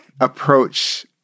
approach